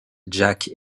jack